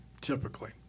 Typically